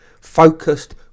focused